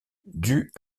dus